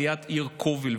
ליד העיר קובל,